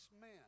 men